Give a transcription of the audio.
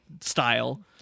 style